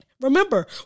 Remember